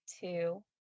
two